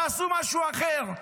תעשו משהו אחר.